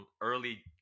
early